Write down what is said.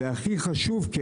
והכי חשוב,